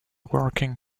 working